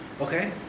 Okay